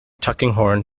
tulkinghorn